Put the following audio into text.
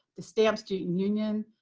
to stamp student union,